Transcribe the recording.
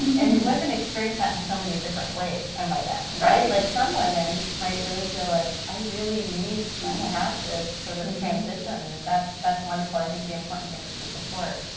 and women experience that in so many different ways, i might add, right? like some women might really feel like, i really need to have this sort of transition, and that's that's wonderful. i think the important thing is the support.